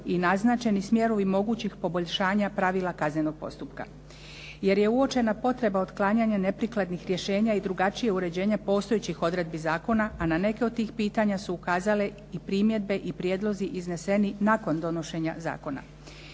i naznačeni smjerovi mogućih poboljšanja pravila kaznenog postupa. Jer je uočena potreba otklanjanja neprikladnih rješenja i drugačijeg uređenja postojećih odredbi zakona, a na neke od tih pitanja su ukazale i primjedbe i prijedlozi izneseni nakon donošenja zakona.